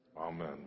Amen